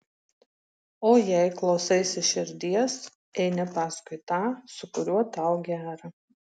o jei klausaisi širdies eini paskui tą su kuriuo tau gera